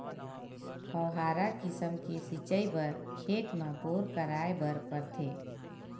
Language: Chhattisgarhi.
फव्हारा किसम के सिचई बर खेत म बोर कराए बर परथे